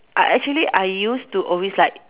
I actually I used to always like